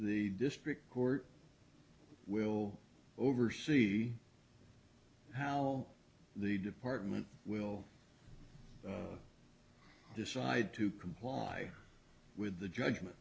the district court will oversee how the department will decide to comply with the judgment